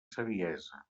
saviesa